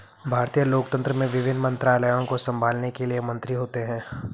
भारतीय लोकतंत्र में विभिन्न मंत्रालयों को संभालने के लिए मंत्री होते हैं